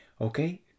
Okay